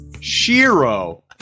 Shiro